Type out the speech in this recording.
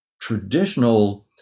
traditional